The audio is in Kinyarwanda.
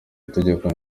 itegeko